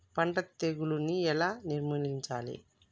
పంట తెగులుని ఎలా నిర్మూలించాలి?